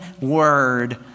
word